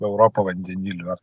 europą vandeniliu ar